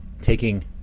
taking